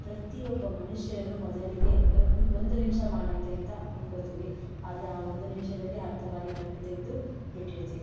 ಪ್ರತಿಯೊಬ್ಬ ಮನುಷ್ಯನೂ ಮೊದಲಿಗೆ ಒಂದು ನಿಮಿಷ ಮಾಡೋಕೆ ಅಂತ ಅಂದ್ಕೊಳ್ತೀವಿ ಆದರೆ ಆ ಒಂದು ನಿಮಿಷದಲ್ಲಿ ಹತ್ತು ಬಾರಿ ಕಣ್ಣು ತೆಗೆದು ಬಿಟ್ಟಿರ್ತೀವಿ